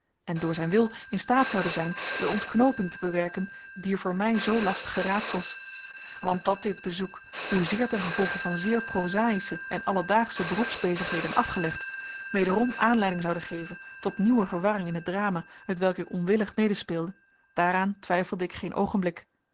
en door zijn wil in staat zoude zijn de ontknooping te bewerken dier voor mij zoo lastige raadsels want dat dit bezoek hoezeer ten gevolge van zeer prozaïsche en alledaagsche beroepsbezigheden afgelegd wederom aanleiding zoude geven tot nieuwe verwarring in het drama t welk ik onwillig medespeelde daar aan twijfelde ik geen oogenblik